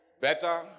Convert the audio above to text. Better